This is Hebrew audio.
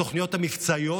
התוכניות המבצעיות